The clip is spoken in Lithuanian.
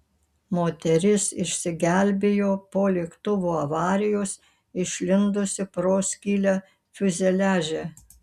moteris išsigelbėjo po lėktuvo avarijos išlindusi pro skylę fiuzeliaže